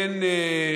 אין.